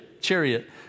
chariot